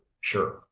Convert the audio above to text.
sure